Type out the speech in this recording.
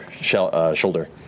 shoulder